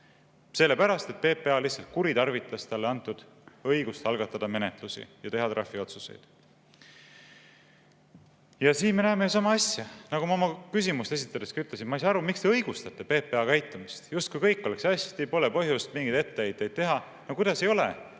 Sellepärast, et PPA lihtsalt kuritarvitas talle antud õigust algatada menetlusi ja teha trahviotsuseid. Ja siin me näeme sama asja. Nagu ma oma küsimust esitades ütlesin, ma ei saa aru, miks te õigustate PPA käitumist, justkui kõik oleks hästi ja poleks põhjust mingeid etteheiteid teha. No kuidas ei ole,